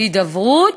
הידברות,